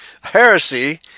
heresy